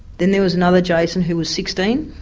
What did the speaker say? then there was another jason who was sixteen.